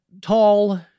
tall